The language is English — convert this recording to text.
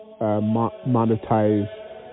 monetize